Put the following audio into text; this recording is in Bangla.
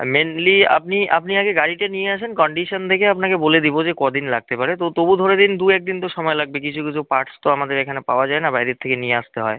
আর মেনলি আপনি আপনি আগে গাড়িটা নিয়ে আসেন কন্ডিশন দেখে আপনাকে বলে দিবো যে ক দিন লাগতে পারে তো তবু ধরে নিন দু এক দিন তো সময় লাগবে কিছু কিছু পার্টস তো আমাদের এখানে পাওয়া যায় না বাইরে থেকে নিয়ে আসতে হয়